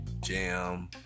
Jam